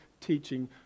teaching